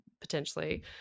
potentially